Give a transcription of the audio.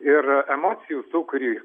ir emocijų sūkurį